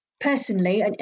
personally